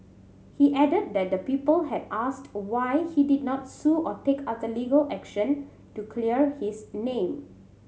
he added that the people had asked why he did not sue or take other legal action to clear his name